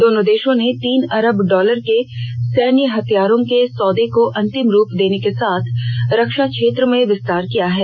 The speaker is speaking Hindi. दोनों देषों ने तीन अरब डॉलर के सैन्य हथियारों के सौदे को अंतिम रूप देने के साथ रक्षा क्षेत्र में विस्तार किया है